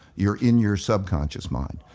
you're in your subconscious mind.